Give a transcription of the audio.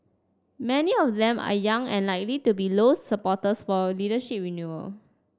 many of them are young and likely to be Low's supporters for leadership renewal